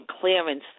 clearance